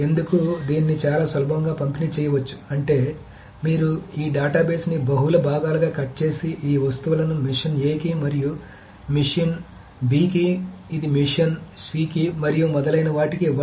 ఎందుకు దీన్ని చాలా సులభంగా పంపిణీ చేయవచ్చు అంటే మీరు ఈ డేటాబేస్ని బహుళ భాగాలుగా కట్ చేసి ఈ వస్తువులను మెషీన్ A కి మరియు ఈ మెషీన్ B కి ఇది మెషిన్ C కి మరియు మొదలైన వాటికి ఇవ్వండి